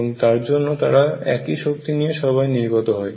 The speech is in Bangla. এবং তার জন্য তারা একই শক্তি নিয়ে সবাই নির্গত হয়